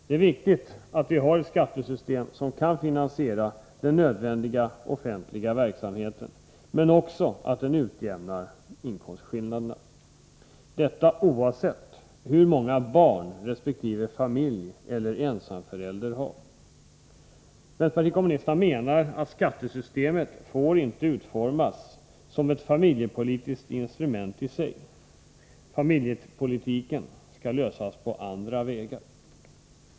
Det är viktigt att vi har ett skattesystem som kan finansiera den nödvändiga offentliga verksamheten men som också utjämnar inkomstskillnaderna — detta oavsett hur många barn resp. familj eller ensamförälder har. Vänsterpartiet kommunisterna menar att skattesystemet inte får utformas som ett familjepolitiskt instrument i sig. Familjepolitiken skall klaras på andra vägar.